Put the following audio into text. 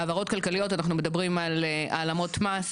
עבירות כלכליות אנחנו מדברים על העלמות מס,